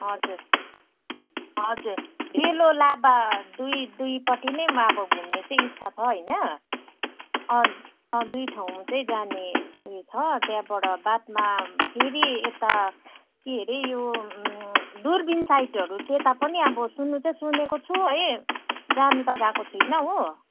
हजुर हजुर डेलो लाभा दुई दुईपट्टि नै अब घुम्ने चाहिँ इच्छा छ होइन अँ अँ दुई ठाउँ चाहिँ जाने उयो छ त्यहाँबाट बादमा फेरि यता के अरे यो दुर्पिन साइटहरू त्यता पनि अब सुन्नु चाहिँ सुनेको छु है जानु त गएको छुइनँ हो